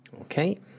Okay